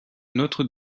notre